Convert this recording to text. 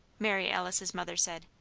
mary alice's mother said,